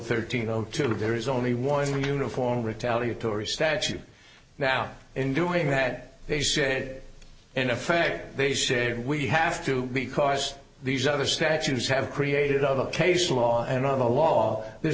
thirteen go to there is only one uniform retaliatory statute now in doing that they said in effect they said we have to because these other statutes have created of a case law and on the law this